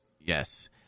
Yes